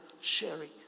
sharing